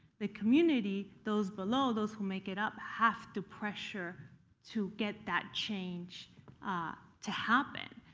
the community those below, those who make it up have to pressure to get that change to happen,